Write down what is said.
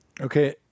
Okay